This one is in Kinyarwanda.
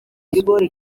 ibibazo